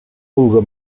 vulga